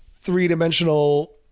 three-dimensional